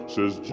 Says